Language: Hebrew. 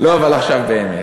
אבל עכשיו באמת.